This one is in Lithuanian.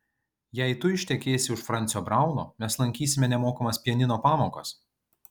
jei tu ištekėsi už francio brauno mes lankysime nemokamas pianino pamokas